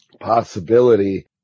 possibility